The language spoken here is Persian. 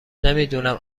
نمیدونم